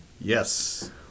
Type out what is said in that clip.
Yes